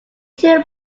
two